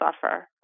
suffer